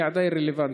היא עדיין רלוונטית.